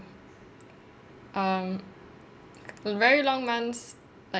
um very long months like